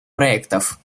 проектов